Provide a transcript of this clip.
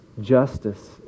justice